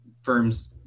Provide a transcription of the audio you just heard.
firms